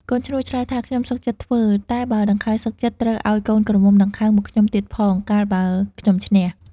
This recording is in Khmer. កូនឈ្នួលឆ្លើយថា ខ្ញុំសុខចិត្តធ្វើ តែបើដង្ខៅសុខចិត្ត ត្រូវឲ្យកូនក្រមុំដង្ខៅមកខ្ញុំទៀតផង កាលបើខ្ញុំឈ្នះ។